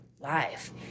life